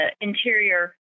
interior